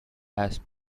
has